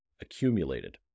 accumulated